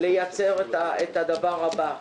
לייצר את הדבר הבא: